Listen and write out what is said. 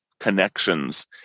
connections